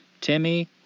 Timmy